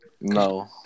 No